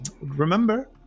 Remember